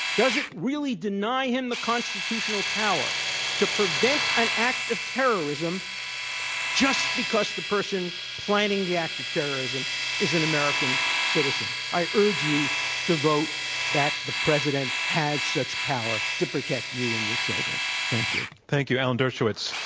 does it really deny him the constitutional power to prevent an act of terrorism just because the person planning the act of terrorism is an american citizen? i urge you to vote that the president has such power to protect you and your children. thank you. thank you. alan dershowitz.